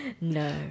No